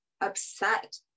upset